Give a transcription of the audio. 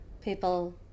people